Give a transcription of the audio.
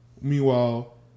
Meanwhile